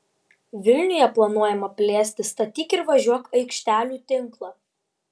vilniuje planuojama plėsti statyk ir važiuok aikštelių tinklą